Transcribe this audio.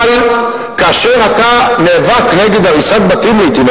אבל כאשר אתה נאבק נגד הריסת בתים לעתים,